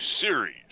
series